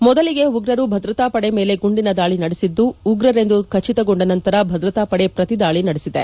ಮೊದಲಿಗೆ ಉಗ್ರರು ಭದ್ರತಾ ಪಡೆ ಮೇಲೆ ಗುಂಡಿನ ದಾಳಿ ನಡೆಸಿದ್ದು ಉಗ್ರೆಂದು ಖಚಿತಗೊಂಡ ನಂತರ ಭದ್ರತಾ ಪದೆ ಪ್ರತಿ ದಾಳಿ ನಡೆಸಿದ್ದಾರೆ